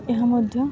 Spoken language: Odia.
ଏହା ମଧ୍ୟ